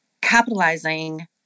capitalizing